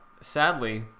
sadly